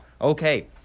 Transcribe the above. Okay